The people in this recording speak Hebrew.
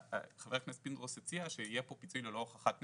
חבר הכנסת פינדרוס הציע שיהיה פה פיצוי ללא הוכחת נזק,